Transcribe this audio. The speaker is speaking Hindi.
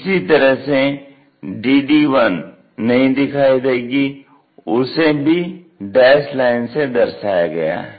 इसी तरह से DD1 नहीं दिखाई देगी उसे भी डैस्ड लाइन से दर्शाया गया है